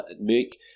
make